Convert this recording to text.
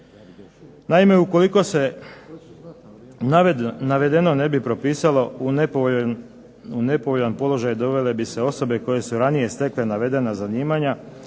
Naime, ukoliko se navedeno ne bi propisalo u nepovoljan položaj dovele bi se osobe koje su ranije stekle navedena zanimanja